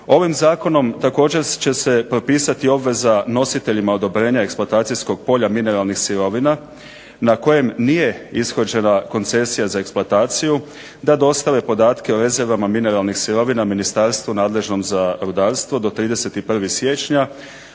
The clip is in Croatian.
Ovim Zakonom također će se propisati obveza nositeljima odobrenja eksploatacijskog polja mineralnih sirovina, na kojem nije ishođena koncesija za eksploataciju, da dostave podatke o rezervama mineralnih sirovina Ministarstvu nadležnom za rudarstvo do 31. siječnja